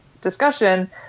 discussion